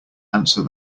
answer